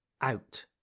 out